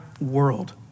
world